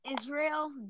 Israel